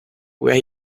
where